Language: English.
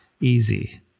easy